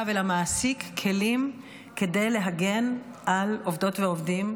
ולמעסיק כלים כדי להגן על עובדות ועובדים,